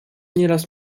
nieraz